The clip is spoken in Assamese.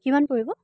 কিমান পৰিব